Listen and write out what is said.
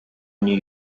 new